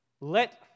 let